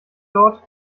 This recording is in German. dort